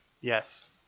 Yes